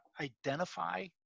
identify